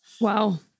Wow